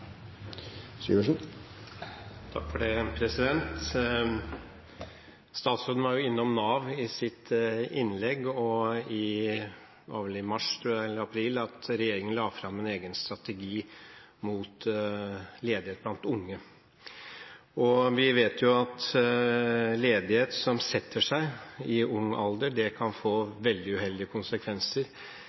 Statsråden var innom Nav i sitt innlegg, og det var vel i mars, tror jeg, eller april, at regjeringen la fram en egen strategi mot ledighet blant unge. Vi vet at ledighet som setter seg i ung alder, kan få veldig uheldige konsekvenser